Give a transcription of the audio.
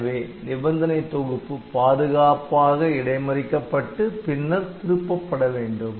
எனவே நிபந்தனை தொகுப்பு பாதுகாப்பாக இடைமறிக்கப்பட்டு பின்னர் திருப்பப் படவேண்டும்